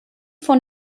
von